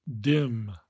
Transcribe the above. dim